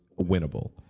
winnable